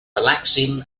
relaxing